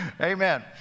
Amen